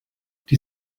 die